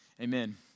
Amen